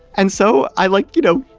and so i, like, you know,